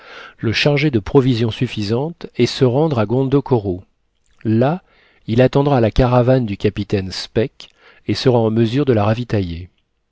le charger de provisions suffisantes et se rendre à gondokoro là il attendra la caravane du capitaine speke et sera en mesure de la ravitailler